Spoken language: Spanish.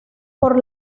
por